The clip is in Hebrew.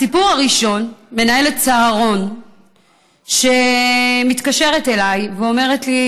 הסיפור הראשון הוא של מנהלת צהרון שמתקשרת אליי ואומרת לי: